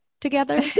together